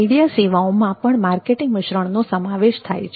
media સેવાઓમાં પણ marketing મિશ્રણ નો સમાવેશ થાય છે